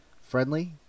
friendly